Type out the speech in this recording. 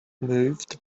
moved